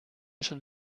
schon